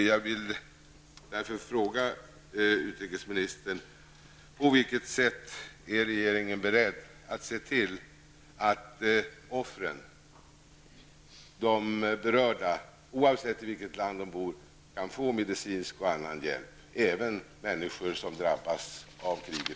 Jag vill fråga utrikesministern på vilket sätt regeringen är beredd att se till att offren, de berörda, oavsett i vilket land de bor, kan få medicinsk och annan hjälp, och det gäller även människor i Irak som drabbas av kriget.